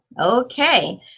Okay